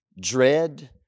dread